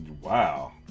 Wow